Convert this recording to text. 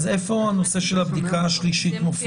איפה מופיע הנושא של הבדיקה השלישית?